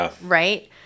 right